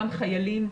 גם חיילים,